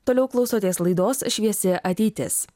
toliau klausotės laidos šviesi ateitis